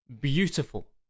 beautiful